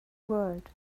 world